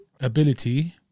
ability